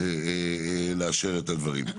לאשר את הדברים.